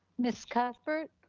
ms cuthbert?